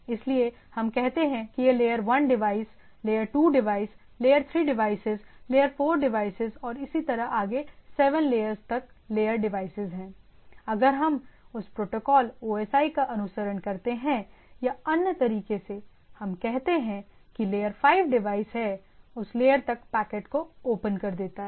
इसीलिए हम कहते हैं कि ये layer 1 device layer 2 devices layer 3 devices layer 4 devices और इसी तरह आगे 7 लेयर्स तक लेयर डिवाइसेस हैंअगर हम उस प्रोटोकॉल OSI का अनुसरण करते हैं या अन्य तरीके से हम कहते हैं कि लेयर 5 डिवाइस है उस लेयर तक पैकेट को ओपन कर देता है